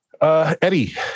Eddie